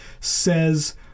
says